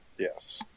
Yes